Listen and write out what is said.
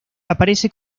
aparece